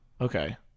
Okay